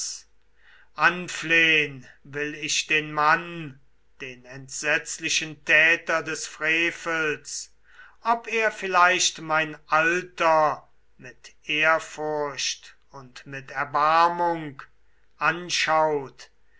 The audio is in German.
anflehn will ich den mann den entsetzlichen täter des frevels ob er vielleicht mein alter mit ehrfurcht und mit erbarmung also